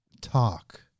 talk